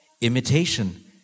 Imitation